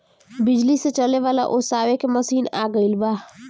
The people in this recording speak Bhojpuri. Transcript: बिजली से चले वाला ओसावे के मशीन आ गइल बा